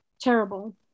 terrible